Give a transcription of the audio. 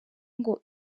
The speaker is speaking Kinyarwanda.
ngo